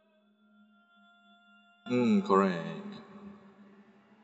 mm correct